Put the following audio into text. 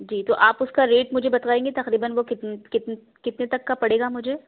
جی تو آپ اُس کا ریٹ مجھے بتوائیں گے تقریباً وہ کتنے کتنے کتنے تک کا پڑے گا مجھے